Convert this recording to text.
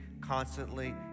constantly